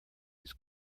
its